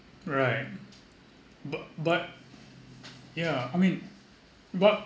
right but but yeah I mean but